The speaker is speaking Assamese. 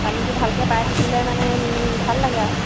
পানীটো ভালকৈ পাই থাকিলে মানে ভাল লাগে আৰু